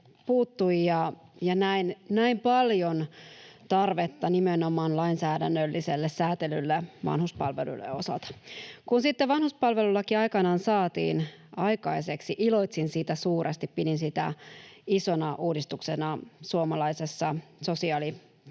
ja näin paljon tarvetta nimenomaan lainsäädännölliselle säätelylle vanhuspalveluiden osalta. Kun sitten vanhuspalvelulaki aikanaan saatiin aikaiseksi, iloitsin siitä suuresti, pidin sitä isona uudistuksena suomalaisissa sosiaalipalveluissa.